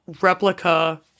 Replica